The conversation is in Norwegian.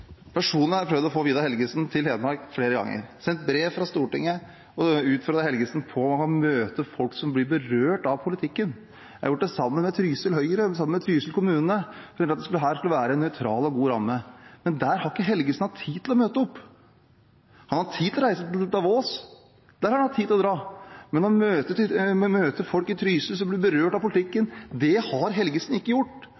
personlig har prøvd å få Vidar Helgesen til Hedmark flere ganger, sendt brev fra Stortinget og utfordret Helgesen til å møte folk som blir berørt av politikken. Jeg har gjort det sammen med Trysil Høyre, sammen med Trysil kommune, for at dette skulle være en nøytral og god ramme. Men der har ikke Helgesen hatt tid til å møte opp. Han har hatt tid til å reise til Davos. Der har han hatt tid til å dra. Men å møte folk i Trysil som blir berørt av